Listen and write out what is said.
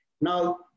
Now